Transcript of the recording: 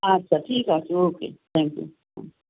আচ্ছা ঠিক আছে okay thank you hmm